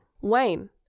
Wayne